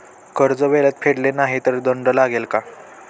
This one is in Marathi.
कर्ज वेळेत फेडले नाही तर दंड लागेल का?